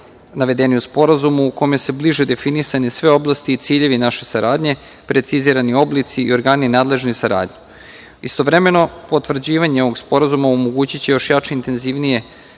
navedeni u sporazumu, u kome su bliže definisane sve oblasti i ciljevi naše saradnje, precizirani oblici i organi nadležne saradnje. Istovremeno, potvrđivanje ovog sporazuma omogućiće još jače, intenzivnije